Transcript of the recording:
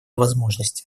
возможности